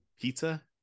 pizza